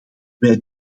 wij